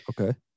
Okay